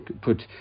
put